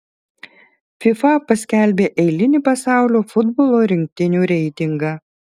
fifa paskelbė eilinį pasaulio futbolo rinktinių reitingą